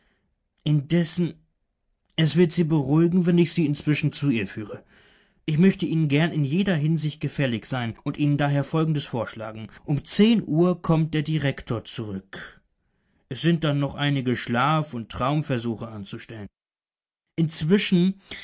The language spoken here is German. indessen es wird sie beruhigen wenn ich sie inzwischen zu ihr führe ich möchte ihnen gern in jeder hinsicht gefällig sein und ihnen daher folgendes vorschlagen um zehn uhr kommt der direktor zurück es sind dann noch einige schlaf und traumversuche anzustellen inzwischen